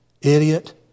idiot